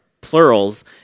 plurals